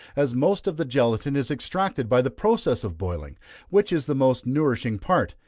as most of the gelatine is extracted by the process of boiling, which is the most nourishing part,